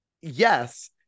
Yes